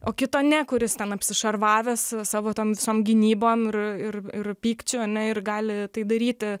o kito ne kuris ten apsišarvavęs savo tom visom gynybom ir ir ir pykčiu ane ir gali tai daryti